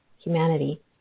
humanity